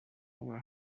hour